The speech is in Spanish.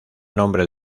nombre